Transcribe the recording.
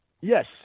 Yes